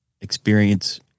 experience